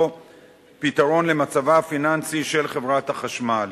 פתרון למצבה הפיננסי של חברת החשמל.